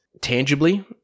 tangibly